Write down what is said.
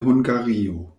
hungario